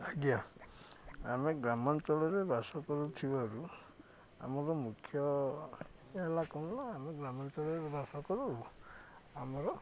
ଆଜ୍ଞା ଆମେ ଗ୍ରାମାଞ୍ଚଳରେ ବାସ କରୁଥିବାରୁ ଆମର ମୁଖ୍ୟ ହେଲା କ'ଣ ହେଲା ଆମେ ଗ୍ରାମାଞ୍ଚଳରେ ବାସ କରୁ ଆମର